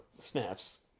snaps